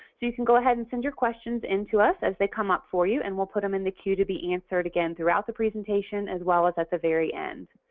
so you can go ahead and send your questions in to us as they come up for you. and we'll put them in the queue to be answered again throughout the presentation as well as at the very end.